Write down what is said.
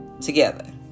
together